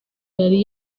yari